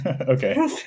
okay